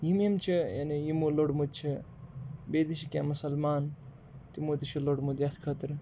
یِم یِم چھِ یعنی یِمو لوٚڑمُت چھِ بیٚیہِ تہِ چھِ کینٛہہ مُسلمان تِمو تہِ چھِ لوٚڑمُت یَتھ خٲطرٕ